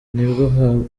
nibwo